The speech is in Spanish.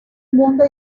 mundo